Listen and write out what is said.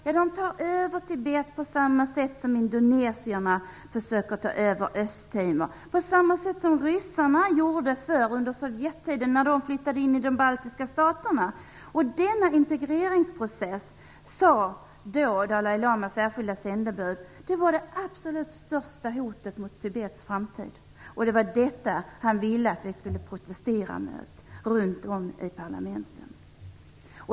De tar över Tibet på samma sätt som indonesierna försöker ta över Östtimor och på samma sätt som ryssarna gjorde förr under Sovjettiden när de flyttade in i de baltiska staterna. Den här integreringsprocessen sade Dalai Lamas särskilda sändebud var det absolut största hotet mot Tibets framtid. Det var detta han ville att vi skulle protestera mot runt om i parlamenten.